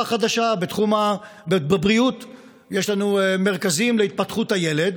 חדשה בבריאות: יש לנו מרכזים להתפתחות הילד,